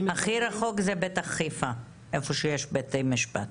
הכי רחוק זה בטח חיפה, איפה שיש בתי משפט.